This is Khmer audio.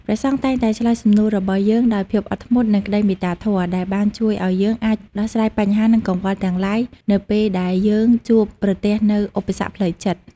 ព្រះសង្ឃតែងតែឆ្លើយសំណួររបស់យើងដោយភាពអត់ធ្មត់និងក្តីមេត្តាធម៌ ដែលបានជួយឱ្យយើងអាចដោះស្រាយបញ្ហានិងកង្វល់ទាំងឡាយនៅពេលដែលយើងជួបប្រទះនូវឧបសគ្គផ្លូវចិត្ត។